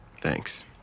Thanks